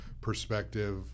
perspective